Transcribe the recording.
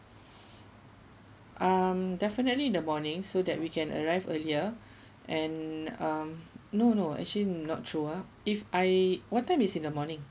um definitely in the morning so that we can arrive earlier and um no no actually not sure if I what time is in the morning